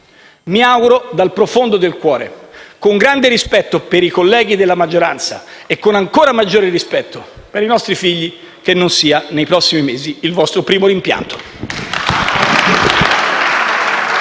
Mi auguro dal profondo del cuore, con grande rispetto per i colleghi della maggioranza e con ancora maggiore rispetto per i nostri figli, che non sia nei prossimi mesi il vostro primo rimpianto.